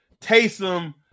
Taysom